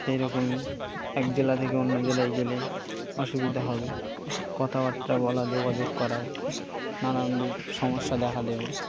সেই রকমই এক জেলা থেকে অন্য জেলায় গেলে অসুবিধা হবে কথাবার্তা বলা যোগাযোগ করায় নানান রকম সমস্যা দেখা দেবে